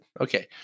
Okay